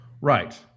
Right